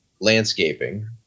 landscaping